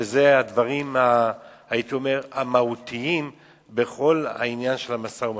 שאלה הדברים הייתי אומר המהותיים בכל העניין של המשא-ומתן.